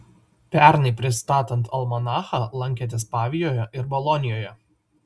pernai pristatant almanachą lankėtės pavijoje ir bolonijoje